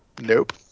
Nope